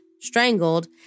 strangled